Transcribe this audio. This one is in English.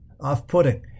off-putting